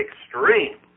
extreme